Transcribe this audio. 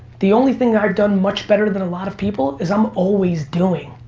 the only thing i've done much better than a lot of people is i'm always doing.